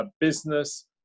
business